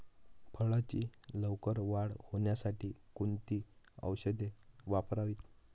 फळाची लवकर वाढ होण्यासाठी कोणती औषधे वापरावीत?